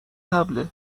طبله